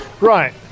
right